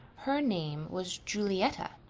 her name was julietta.